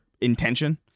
intention